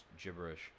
gibberish